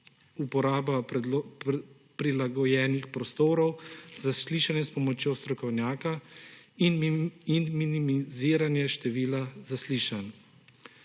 uporaba prilagojenih prostorov, zaslišanje s pomočjo strokovnjaka in minimiziranje števila zaslišanj.